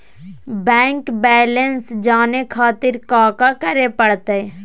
Bank balance जाने खातिर काका करे पड़तई?